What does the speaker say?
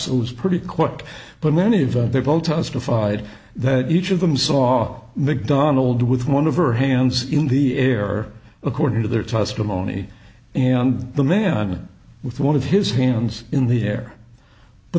oz it was pretty quiet but many of them both testified that each of them saw mcdonald with one of her hands in the air according to their testimony and the man with one of his hands in the air but